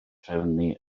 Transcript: trefnu